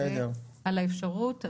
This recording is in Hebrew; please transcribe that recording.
הוא מודה על האפשרות.